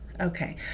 Okay